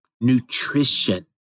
Nutrition